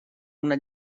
una